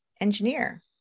engineer